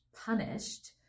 punished